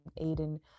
Aiden